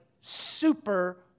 super